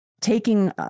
taking